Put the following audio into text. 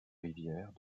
rivières